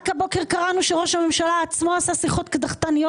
רק הבוקר קראנו שראש הממשלה עצמו קיים שיחות קדחתניות